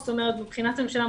זאת אומרת: מבחינת הממשלה ,